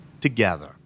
together